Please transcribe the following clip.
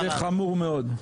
זה חמור מאוד.